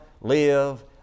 live